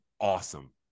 awesome